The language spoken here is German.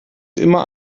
immer